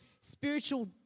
spiritual